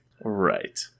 right